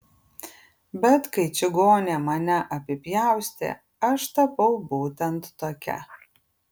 bet kai čigonė mane apipjaustė aš tapau būtent tokia